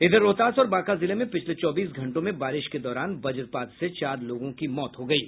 इधर रोहतास और बांका जिले में पिछले चौबीस घंटों में बारिश के दौरान वजपात से चार लोगों की मौत हो गयी है